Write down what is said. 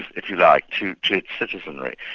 if you like, to to its citizenry.